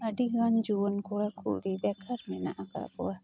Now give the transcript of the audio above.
ᱟᱹᱰᱤ ᱜᱟᱱ ᱡᱩᱣᱟᱹᱱ ᱠᱚᱲᱟ ᱠᱩᱲᱤ ᱵᱮᱠᱟᱨ ᱢᱮᱱᱟᱜ ᱟᱠᱟᱫ ᱠᱚᱣᱟ